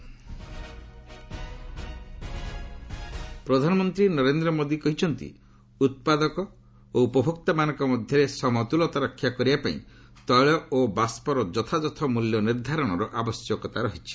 PM Petrotech ପ୍ରଧାନମନ୍ତ୍ରୀ ନରେନ୍ଦ୍ର ମୋଦି କହିଛନ୍ତି ଉତ୍ପାଦକ ଓ ଉପଭୋକ୍ତାମାନଙ୍କ ମଧ୍ୟରେ ସମତୁଲତା ରକ୍ଷା କରିବାପାଇଁ ତେଳ ଓ ବାଷ୍କର ଯଥାଯଥ ମୂଲ୍ୟ ନିର୍ଦ୍ଧାରଣର ଆବଶ୍ୟକତା ରହିଛି